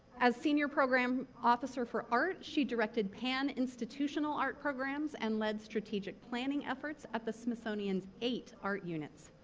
as senior program officer for art, she directed pan-institutional art programs and led strategic planning efforts at the smithsonian's eight art units,